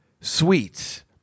sweets